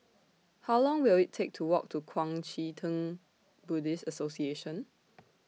How Long Will IT Take to Walk to Kuang Chee Tng Buddhist Association